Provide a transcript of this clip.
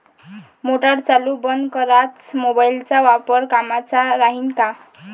Motor चालू बंद कराच मोबाईलचा वापर कामाचा राहीन का?